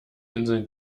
inseln